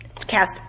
cast